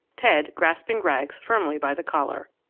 ted grasping rags firmly by the collar.